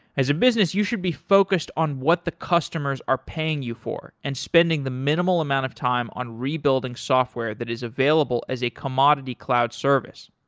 as a business, you should be focused on what the customers are paying you for and spending the minimal amount of time on rebuilding software that is available as a commodity cloud service